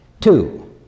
Two